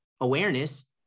awareness